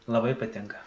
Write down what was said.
labai patinka